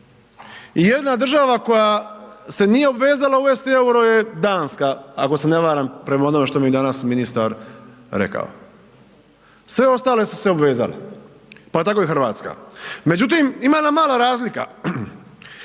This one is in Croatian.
i jedina država koja se nije obvezala uvesti EUR-o je Danska, ako se ne varam prema onome što mi je danas ministar rekao, sve ostale su se obvezale, pa tako i RH. Međutim, ima jedna mala razlika,